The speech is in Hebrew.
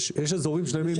יש אזורים שלמים נטולי קליטה.